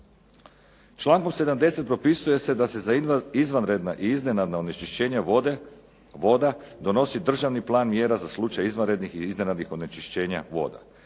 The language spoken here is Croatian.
Člankom 70. propisuje se da se izvanredna i iznenadna onečišćenja voda donosi državni plan mjera za slučaj izvanrednih i iznenadnih onečišćenja voda.